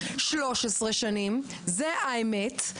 13 שנים זאת האמת,